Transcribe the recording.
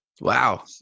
Wow